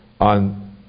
on